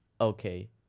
okay